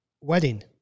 wedding